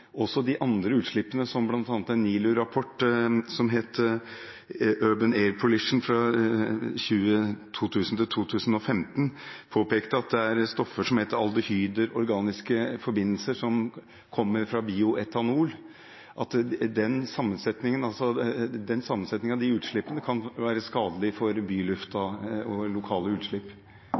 også de andre utslippene, som bl.a. en NILU-rapport om urban luftforurensning påpekte inneholder stoffer som heter aldehyder, organiske forbindelser som kommer fra bioetanol, i en slik sammensetning kan være skadelig for bylufta ved lokale utslipp?